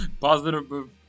Positive